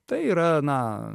tai yra na